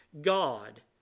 God